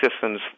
systems